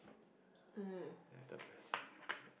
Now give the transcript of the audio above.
ya it's the best